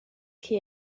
que